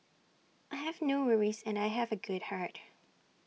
I have no worries and I have A good heart